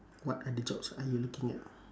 what other jobs are you looking at